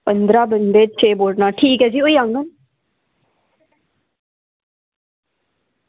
पंदरां बंदे ठीक ऐ जी होई जाङन